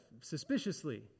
suspiciously